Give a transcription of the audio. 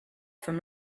from